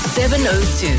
702